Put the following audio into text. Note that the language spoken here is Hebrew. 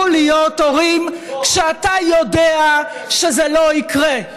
להיות הורים כשאתה יודע שזה לא יקרה?